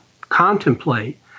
contemplate